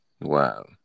Wow